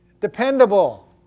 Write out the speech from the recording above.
dependable